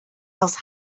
else